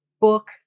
book